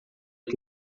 que